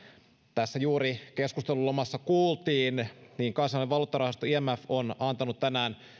juuri tässä keskustelun lomassa kuultiin niin kansainvälinen valuuttarahasto imf on antanut tänään